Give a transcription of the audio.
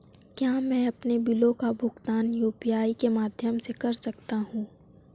क्या मैं अपने बिलों का भुगतान यू.पी.आई के माध्यम से कर सकता हूँ?